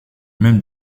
mêmes